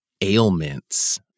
ailments